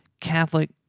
Catholic